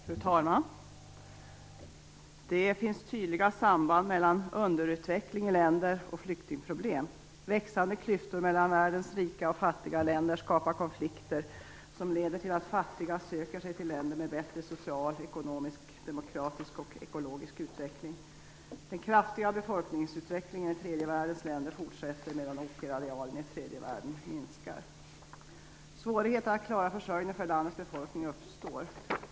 Fru talman! Det finns tydliga samband mellan underutveckling i länder och flyktingproblem. Växande klyftor mellan världens rika och fattiga länder skapar konflikter som leder till att fattiga söker sig till länder med bättre social, ekonomisk, demokratisk och ekologisk utveckling. Den kraftiga befolkningsutvecklingen i tredje världens länder fortsätter medan åkerarealen i tredje världen minskar. Svårigheter att klara försörjningen för landets befolkning uppstår.